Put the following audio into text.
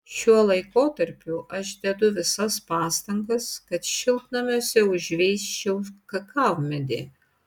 šiuo laikotarpiu aš dedu visas pastangas kad šiltnamiuose užveisčiau kakavmedį